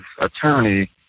attorney